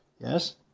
Yes